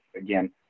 again